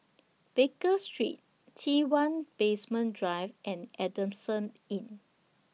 Baker Street T one Basement Drive and Adamson Inn